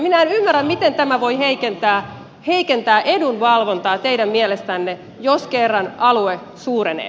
minä en ymmärrä miten tämä voi heikentää edunvalvontaa teidän mielestänne jos kerran alue suurenee